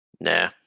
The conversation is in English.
nah